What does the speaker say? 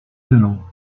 tunnel